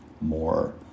more